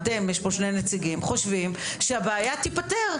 שני הנציגים שכאן - חושבים שהבעיה תיפתר?